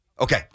Okay